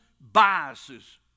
biases